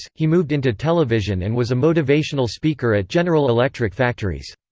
he moved into television and was a motivational speaker at general electric factories.